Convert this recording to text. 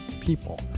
people